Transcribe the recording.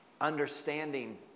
Understanding